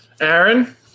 Aaron